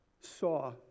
saw